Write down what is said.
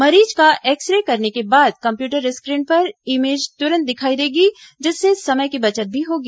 मरीज का X ray करने के बाद कम्प्यूटर स्क्रीन पर ईमेज तुरंत दिखाई देगी जिससे समय की बचत भी होगी